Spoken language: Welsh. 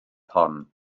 hon